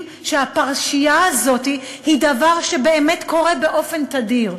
שהפרשייה הזאת היא דבר שבאמת קורה באופן תדיר.